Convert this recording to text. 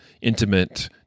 intimate